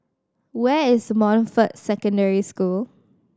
where is Montfort Secondary School